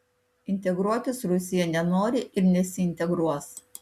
integruotis rusija nenori ir nesiintegruos